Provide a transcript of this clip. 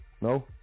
No